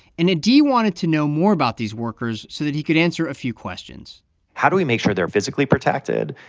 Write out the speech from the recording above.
and adie wanted to know more about these workers so that he could answer a few questions how do we make sure they're physically protected?